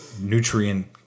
nutrient